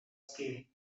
scale